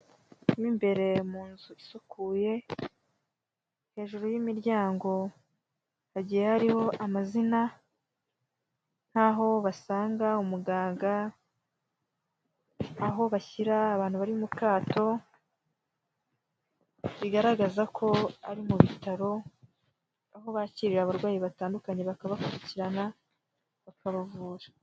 Mo imbere mu nzu isukuye, hejuru y'imiryango hagiye hariho amazina nk'aho basanga umuganga, aho bashyira abantu bari mu kato, bigaragaza ko ari mu bitaro, aho bakirira abarwayi batandukanye bakabakurikirana bakabavura.